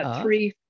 three